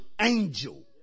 angel